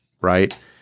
right